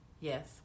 Yes